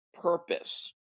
purpose